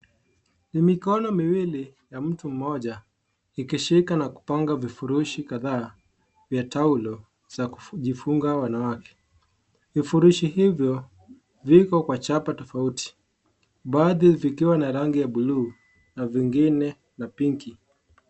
Ni mikono miwili ya mtu mmoja ikishika na kupanga vifurushi kadhaa vya taulo za kijifunga wanawake, vifurushi hivyo viko kwa chapa tofauti baadhi vikiwa na rangi ya buluu na vingine ya pink.